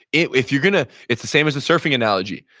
if you're going to, it's the same as the surfing analogy.